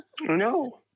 No